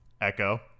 Echo